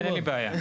כן, אין לי בעיה.